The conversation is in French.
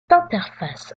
interface